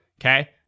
okay